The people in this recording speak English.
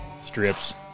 Strips